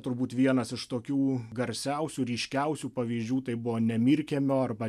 turbūt vienas iš tokių garsiausių ryškiausių pavyzdžių tai buvo nemirkiemio arba